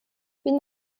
bin